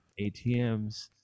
ATMs